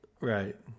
Right